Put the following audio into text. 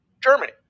germany